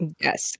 Yes